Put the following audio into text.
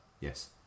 Yes